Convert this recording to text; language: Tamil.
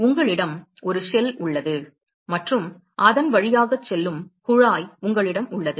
உங்களிடம் ஒரு ஷெல் உள்ளது மற்றும் அதன் வழியாக செல்லும் குழாய் உங்களிடம் உள்ளது